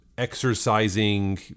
exercising